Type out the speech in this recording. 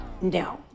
No